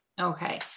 Okay